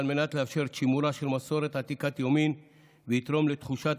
על מנת לאפשר את שימורה של מסורת עתיקת יומין ולתרום לתחושת